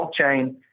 blockchain